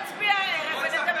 בואו לא נצביע הערב ונדבר.